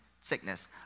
sickness